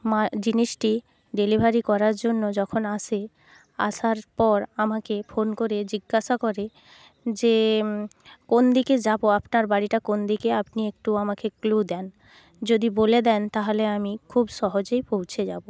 আমার জিনিসটি ডেলিভারি করার জন্য যখন আসে আসার পর আমাকে ফোন করে জিজ্ঞাসা করে যে কোন দিকে যাবো আফটার বাড়িটা কোন দিকে আপনি একটু আমাকে ক্লু দেন যদি বলে দেন তাহলে আমি খুব সহজেই পৌঁছে যাবো